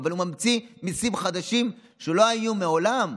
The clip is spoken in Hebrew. אבל הוא ממציא מיסים חדשים שלא היו מעולם,